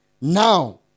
Now